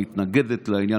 מתנגדת לעניין?